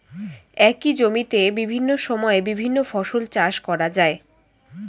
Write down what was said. একই জমিতে বিভিন্ন সময়ে বিভিন্ন ফসল চাষ করা যায়